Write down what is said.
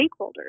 stakeholders